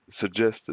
suggested